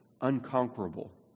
unconquerable